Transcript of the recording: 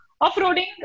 off-roading